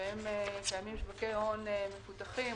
שבהן קיימים שוקי הון מפותחים,